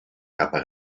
capa